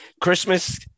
Christmas